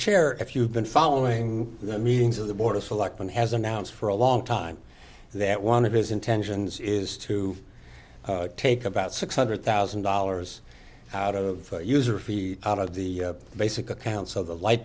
chair if you've been following the meetings of the board of selectmen has announced for a long time that one of his intentions is to take about six hundred thousand dollars out of user fee out of the basic accounts of the light